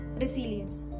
resilience